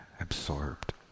absorbed